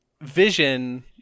vision